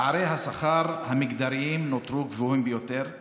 פערי השכר המגדריים נותרו גבוהים ביותר,